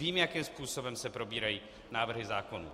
Vím, jakým způsobem se probírají návrhy zákonů.